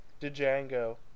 Django